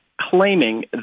claiming